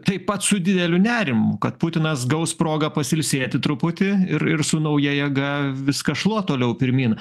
taip pat su dideliu nerimu kad putinas gaus progą pasilsėti truputį ir ir su nauja jėga viską šluot toliau pirmyn